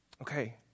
Okay